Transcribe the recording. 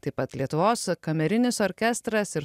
taip pat lietuvos kamerinis orkestras ir